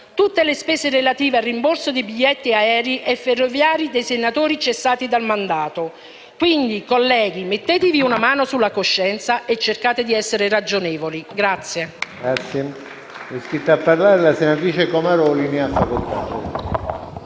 tutte le spese relative al rimborso dei biglietti aerei e ferroviari dei senatori cessati dal mandato. Quindi, colleghi, mettetevi una mano sulla coscienza e cercate di essere ragionevoli.